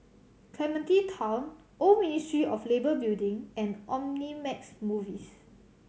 Clementi Town Old Ministry of Labour Building and Omnimax Movies